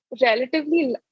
relatively